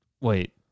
Wait